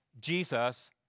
Jesus